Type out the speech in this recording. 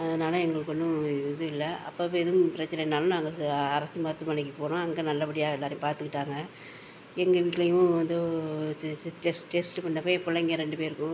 அதனால எங்களுக்கு ஒன்றும் இது இல்லை அப்பப்போ எதுவும் பிரச்சனைனாலும் நாங்கள் சா அரசு மருத்துவமனைக்கு போகிறோம் அங்கே நல்லப்படியாக எல்லாரையும் பார்த்துக்கிட்டாங்க எங்கள் வீட்லையும் வந்து டெஸ்ட் டெஸ்ட்டு பண்ணப்பையே என் பிள்ளைங்க ரெண்டு பேருக்கும்